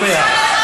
בושה.